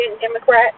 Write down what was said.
Democrat